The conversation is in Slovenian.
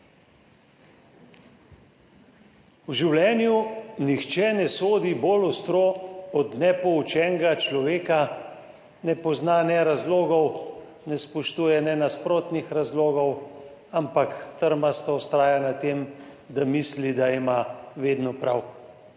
V življenju nihče ne sodi bolj ostro od nepoučenega človeka, ki ne pozna ne razlogov, ne spoštuje nasprotnih razlogov, ampak trmasto vztraja pri tem, da misli, da ima vedno prav.